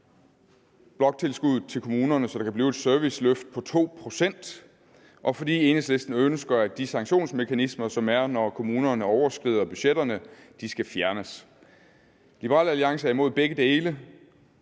bloktilskuddet til kommunerne, så der kan blive et serviceløft på 2 pct., og fordi Enhedslisten ønsker, at de sanktionsmekanismer, som der er, når kommunerne overskrider budgetterne, skal fjernes. Liberal Alliance er imod begge dele.